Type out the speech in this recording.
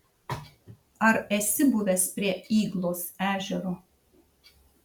ar esi buvęs prie yglos ežero